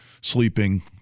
sleeping